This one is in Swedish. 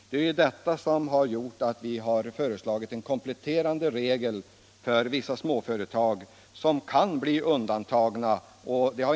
Detta har gjort att vi föreslagit en kompletterande regel för vissa småföretag.